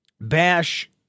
bash